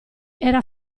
era